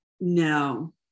No